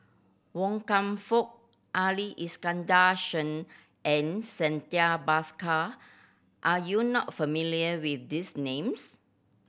Wan Kam Fook Ali Iskandar Shah and Santha Bhaskar are you not familiar with these names